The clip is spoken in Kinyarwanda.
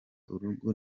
urugo